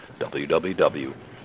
www